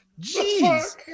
Jeez